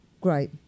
great